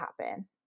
happen